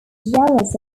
jealous